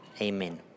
Amen